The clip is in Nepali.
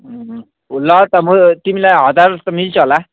ल त म तिमीलाई हजार त मिल्छ होला